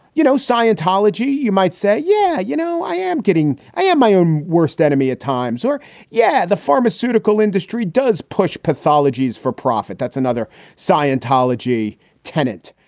you know, scientology, you might say. yeah. you know, i am getting i am my own worst enemy at times or yeah. the pharmaceutical industry does push pathologies for profit. that's another scientology tenant.